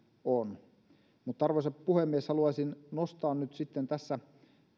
on arvoisa puhemies haluaisin nostaa nyt sitten tässä